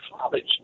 college